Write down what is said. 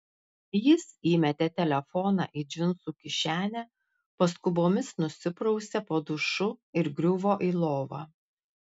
jis įmetė telefoną į džinsų kišenę paskubomis nusiprausė po dušu ir griuvo į lovą